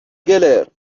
گلر